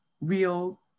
real